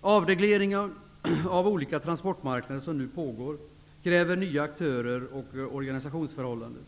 Den avreglering av olika transportmarknader som nu pågår kräver nya aktörer och organisationsförhållanden.